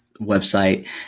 website